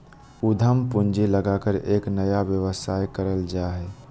उद्यम पूंजी लगाकर एक नया व्यवसाय करल जा हइ